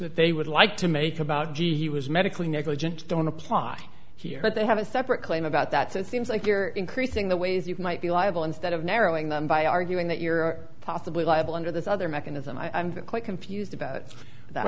that they would like to make about gee he was medically negligent don't apply here but they have a separate claim about that so it seems like you're increasing the ways you might be liable instead of narrowing them by arguing that you're possibly liable under this other mechanism i'm quite confused about that